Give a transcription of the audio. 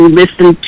listen